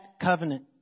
covenant